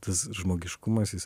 tas žmogiškumas jis